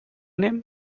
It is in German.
nehmen